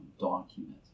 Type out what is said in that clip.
document